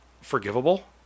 forgivable